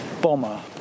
bomber